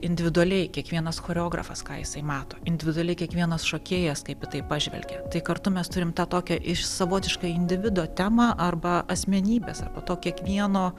individualiai kiekvienas choreografas ką jisai mato individualiai kiekvienas šokėjas kaip į tai pažvelgia tai kartu mes turim tą tokią iš savotiškai individo temą arba asmenybės arba to kiekvieno